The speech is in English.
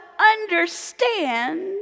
understand